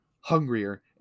hungrier